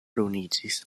ruiniĝis